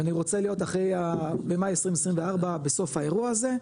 ואני רוצה להיות אחרי במאי 2024 בסוף האירוע הזה,